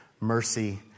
mercy